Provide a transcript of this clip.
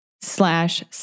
slash